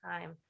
time